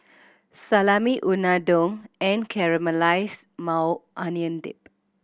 Salami Unadon and Caramelized Maui Onion Dip